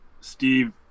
Steve